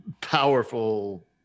powerful